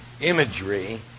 imagery